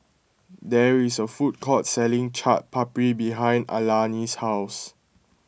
there is a food court selling Chaat Papri behind Alani's house